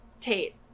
Tate